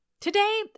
Today